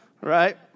right